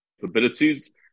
capabilities